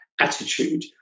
attitude